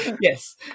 yes